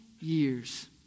years